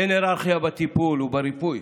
אין היררכיה בטיפול ובריפוי,